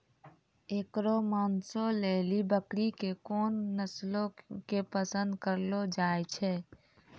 एकरो मांसो लेली बकरी के कोन नस्लो के पसंद करलो जाय छै?